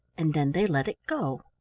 and then they let it go.